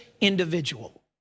individual